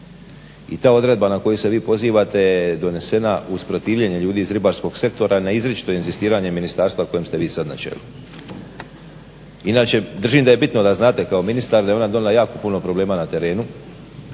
i ta odredba na koju se vi pozivate je donesena uz protivljenje ljudi iz ribarskog sektora na izričito inzistiranje ministarstva na kojem ste vi na čelu. Inače držim da je bitno da znate kao ministar da je ona donijela jako puno problema na terenu